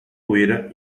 loira